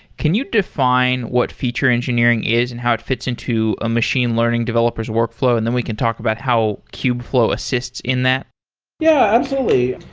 can you define what feature engineering is and how it fits into a machine learning developer s workflow? and then we can talk about how kubeflow assists in that yeah, absolutely.